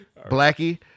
Blackie